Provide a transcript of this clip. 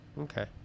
Okay